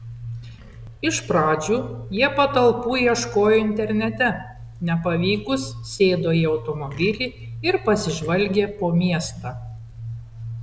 iš pradžių jie patalpų ieškojo internete nepavykus sėdo į automobilį ir pasižvalgė po miestą